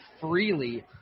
freely